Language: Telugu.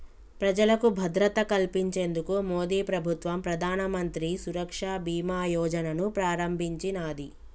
ప్రజలకు భద్రత కల్పించేందుకు మోదీప్రభుత్వం ప్రధానమంత్రి సురక్ష బీమా యోజనను ప్రారంభించినాది